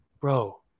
bro